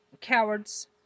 cowards